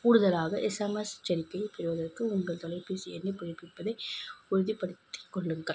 கூடுதலாக எஸ்எம்எஸ் செய்தியை பெறுவதற்கு உங்கள் தொலைப்பேசி எண்ணை புதிப்பிப்பதை உறுதிப்படுத்திக்கொள்ளுங்கள்